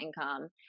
income